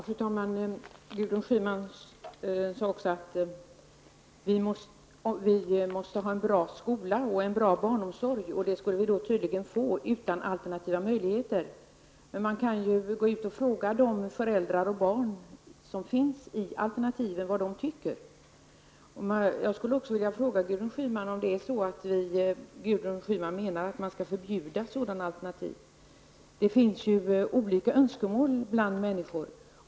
Fru talman! Gudrun Schyman sade också att vi måste ha en bra skola och en bra barnomsorg, och det vi tydligen skulle få skulle utan alternativa möjligheter. Man kan fråga de föräldrar och barn som har ett alternativ vad de tycker. Menar Gudrun Schyman att man skall förbjuda sådana alternativ? Det finns olika önskemål bland människor.